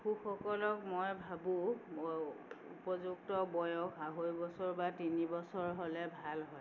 শিশুসকলক মই ভাবোঁ উপযুক্ত বয়স আঢ়ৈ বছৰ বা তিবি বছৰ হ'লে ভাল হয়